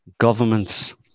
governments